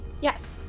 Yes